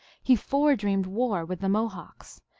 he foredreamed war with the mo hawks.